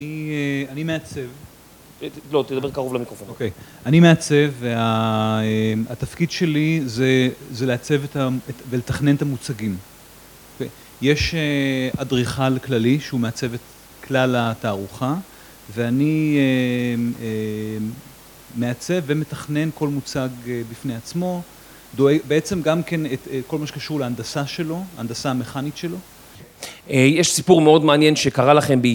אני מעצב, לא תדבר קרוב למיקרופון, אוקיי, אני מעצב והתפקיד שלי זה זה לעצב ולתכנן את המוצגים, יש אדריכל כללי שהוא מעצב את כלל התערוכה ואני מעצב ומתכנן כל מוצג בפני עצמו, בעצם גם כן את כל מה שקשור להנדסה שלו ההנדסה המכנית שלו יש סיפור מאוד מעניין שקרה לכם